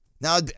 Now